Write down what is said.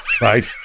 right